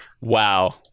Wow